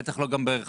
בטח גם לא ברכבים,